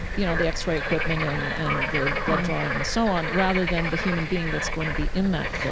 you know, the x-ray equipment and and the blood-drawing and so on rather than the human being that's going to be in that